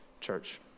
Church